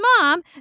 mom